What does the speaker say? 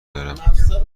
دارم